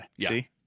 see